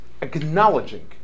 acknowledging